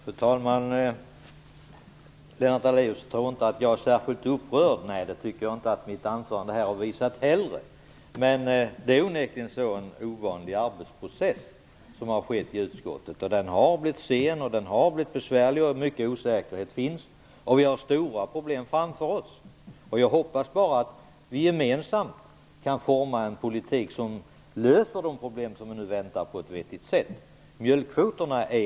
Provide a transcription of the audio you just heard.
Fru talman! Lennart Daléus tror inte att jag är särskilt upprörd. Nej, jag tycker inte heller att mitt anförande här har gett uttryck för det, men det är onekligen en ovanlig arbetsprocess som har förekommit i utskottet. Den har blivit sen och besvärlig, det finns mycket av osäkerhet och vi har stora problem framför oss. Jag hoppas bara att vi gemensamt kan forma en politik som på ett vettigt sätt löser de problem som vi nu förutser, t.ex. vad gäller mjölkkvoterna.